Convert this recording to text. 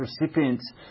recipients